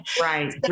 Right